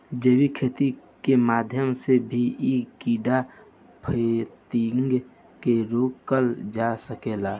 जैविक खेती के माध्यम से भी इ कीड़ा फतिंगा के रोकल जा सकेला